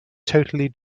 totally